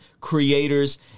creators